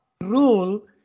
rule